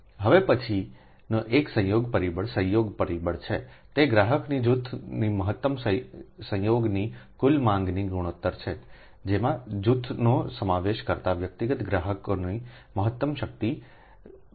હવે પછીનો એક સંયોગ પરિબળ સંયોગ પરિબળ છે તે ગ્રાહકના જૂથની મહત્તમ સંયોગની કુલ માંગના ગુણોત્તર છે જેમાં જૂથનો સમાવેશ કરતા વ્યક્તિગત ગ્રાહકોની મહત્તમ શક્તિ માંગની રકમ છે